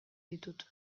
ditut